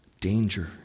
danger